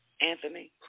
Anthony